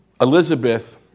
Elizabeth